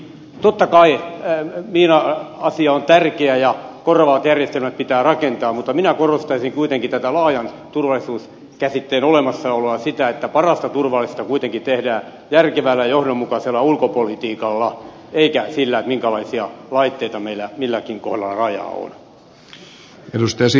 totta kai miina asia on tärkeä ja korvaavat järjestelmät pitää rakentaa mutta minä korostaisin kuitenkin tätä laajan turvallisuuskäsitteen olemassa oloa sitä että parasta turvallisuutta kuitenkin tehdään järkevällä ja johdonmukaisella ulkopolitiikalla eikä sen perusteella minkälaisia laitteita meillä milläkin kohdalla rajaa on